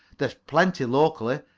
they're plentiful locally,